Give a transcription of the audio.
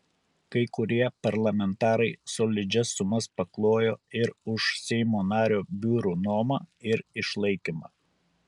kai kurie parlamentarai solidžias sumas paklojo ir už seimo nario biurų nuomą ir išlaikymą